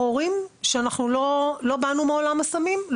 הורים זה שאנחנו לא באנו מעולם הסמים,